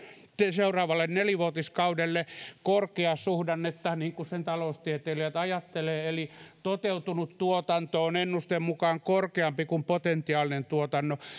seuraavalle nelivuotiskaudelle korkeasuhdannetta niin kuin sen taloustieteilijät ajattelevat eli toteutunut tuotanto on ennusteen mukaan korkeampi kuin potentiaalinen